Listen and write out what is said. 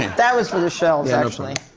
that was for the shells actually.